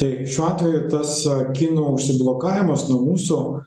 tai šiuo atveju tas kinų užsiblokavimas nuo mūsų